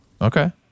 Okay